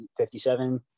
57